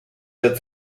dieser